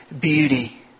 beauty